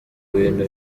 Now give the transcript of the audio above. bintu